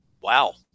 wow